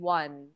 one